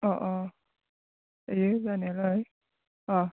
अह अह जायो जानायालाय अह